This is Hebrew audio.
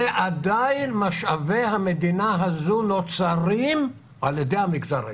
ועדיין משאבי המדינה הזאת נוצרים על ידי המגזר העסקי.